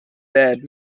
bed